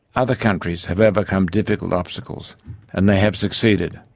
other countries have overcome difficult obstacles and they have succeeded.